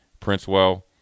Princewell